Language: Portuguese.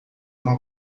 uma